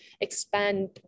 expand